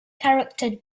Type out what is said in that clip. character